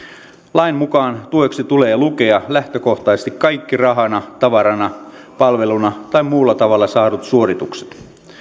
lain mukaan tueksi tulee lukea lähtökohtaisesti kaikki rahana tavarana palveluna tai muulla tavalla saadut suoritukset